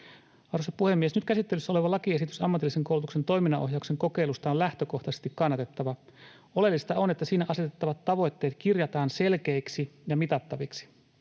Arvoisa puhemies! Nyt käsittelyssä oleva lakiesitys ammatillisen koulutuksen toiminnanohjauksen kokeilusta on lähtökohtaisesti kannatettava. Oleellista on, että siinä asetettavat tavoitteet kirjataan selkeiksi ja mitattaviksi.